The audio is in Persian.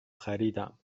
خریدم